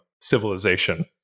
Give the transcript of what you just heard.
civilization